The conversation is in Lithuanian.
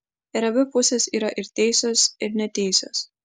ir abi pusės yra ir teisios ir neteisios